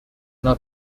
now